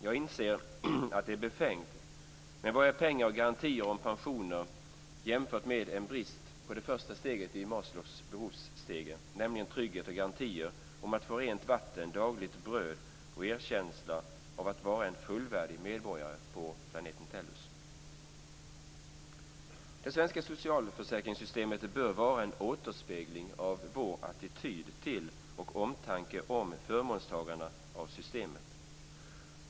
Jag inser att det är befängt, men vad är pengar och garantier om pensioner jämfört med en brist på det första steget i Maslows behovsstege, nämligen trygghet och garantier om att få rent vatten, dagligt bröd och erkänslan att vara en fullvärdig medborgare på planeten Tellus. Det svenska socialförsäkringssystemet bör vara en återspegling av vår attityd till och omtanke om förmånstagarna av systemet.